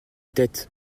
têtes